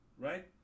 right